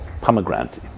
pomegranate